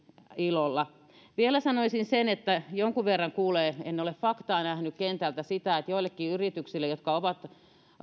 ilolla vielä sanoisin sen että jonkun verran kuulee en ole faktaa nähnyt kentältä sitä että joillekin yrityksille